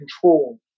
control